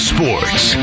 Sports